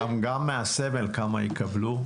גם מהסמל כמה יקבלו?